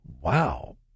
Wow